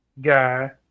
guy